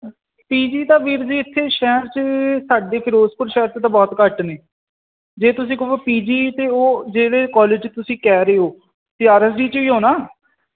PG ਤਾਂ ਵੀਰ ਜੀ ਇੱਥੇ ਸ਼ਹਿਰ 'ਚ ਸਾਡੇ ਫਿਰੋਜ਼ਪੁਰ ਸ਼ਹਿਰ 'ਚ ਬਹੁਤ ਘੱਟ ਨੇ ਜੇ ਤੁਸੀਂ ਕਹੋ ਪੀਜੀ ਤਾਂ ਉਹ ਜਿਹੜੇ ਕਾਲਜ 'ਚ ਤੁਸੀਂ ਕਹਿ ਰਹੇ ਹੋ ਅਤੇ ਆਰਐਸਡੀ 'ਚ ਹੀ ਹੋ ਨਾ